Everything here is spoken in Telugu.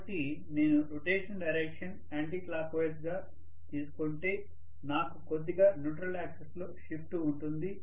కాబట్టి నేను రొటేషన్ డైరెక్షన్ యాంటీ క్లాక్వైజ్ గా తీసుకుంటుంటే నాకు కొద్దిగా న్యూట్రల్ యాక్సిస్ లో షిఫ్ట్ ఉంటుంది